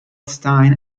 stein